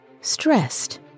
stressed